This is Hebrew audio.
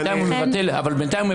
הוא פסק כעניין שבעובדה, כהלכה מחייבת?